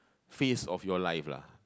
phase of your life lah